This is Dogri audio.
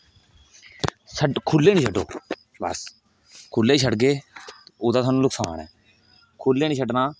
खुल्ले नेई छड्डो बस खुल्ले छडगे ओहदा स्हानू नुक्सान ऐ खुल्ले नेईं छड्डने